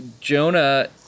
Jonah